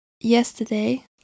yesterday